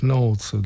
Notes